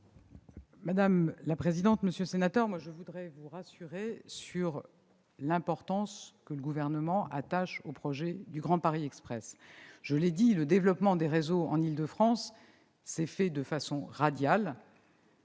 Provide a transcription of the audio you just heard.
Mme la ministre. Monsieur le sénateur, je veux vous rassurer s'agissant de l'importance, pour le Gouvernement, du projet du Grand Paris Express. Je l'ai dit, le développement des réseaux en Île-de-France s'est fait de façon radiale,